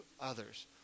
others